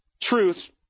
truth